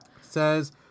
says